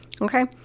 Okay